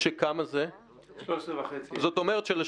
זאת אומרת שב-2016 נקבע